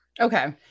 Okay